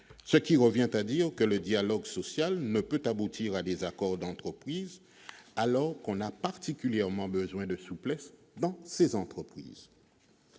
ce qui revient à dire que le dialogue social ne peut aboutir à des accords d'entreprise, alors qu'on a particulièrement besoin de souplesse dans ces entreprises